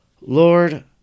Lord